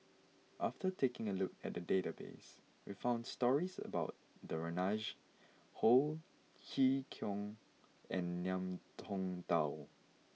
after taking a look at the database we found stories about Danaraj Ho Chee Kong and Ngiam Tong Dow